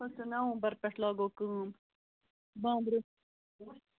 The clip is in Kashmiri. فٔسٹ نَومبَر پٮ۪ٹھ لاگو کٲم بانٛمبرٕ